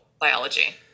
biology